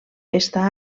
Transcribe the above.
està